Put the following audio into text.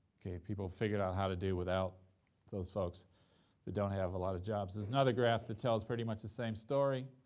okay, people figured out how to deal without those folks that don't have a lot of jobs. there's another graph that tells pretty much the same story.